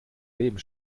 leben